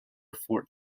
fort